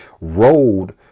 road